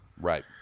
right